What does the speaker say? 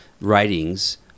writings